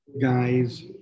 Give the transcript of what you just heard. guys